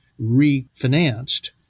refinanced